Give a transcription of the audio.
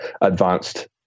advanced